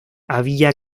había